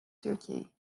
turkey